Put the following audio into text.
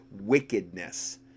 wickedness